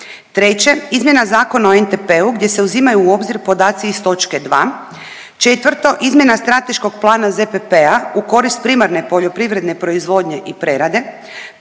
3. Izmjena zakona o NTP-u gdje se uzimaju u obzir podaci iz točke dva. 4. Izmjena strateškog plana ZPP-a u korist primarne poljoprivredne proizvodnje i prerade.